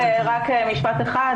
אני אומר רק משפט אחד,